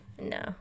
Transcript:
no